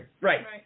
right